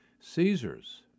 Caesar's